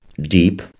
deep